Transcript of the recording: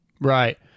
right